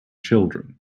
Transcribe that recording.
children